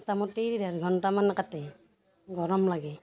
মোটামুটি ডেৰ ঘণ্টামান কাটে গৰম লাগে